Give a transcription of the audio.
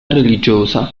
religiosa